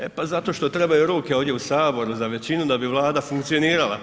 E pa, zato što trebaju ruke ovdje u Saboru za većinu da bi Vlada funkcionirala.